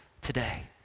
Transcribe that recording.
today